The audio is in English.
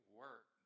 work